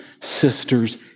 sisters